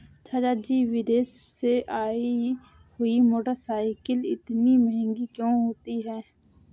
चाचा जी विदेश से आई हुई मोटरसाइकिल इतनी महंगी क्यों होती है?